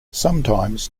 sometimes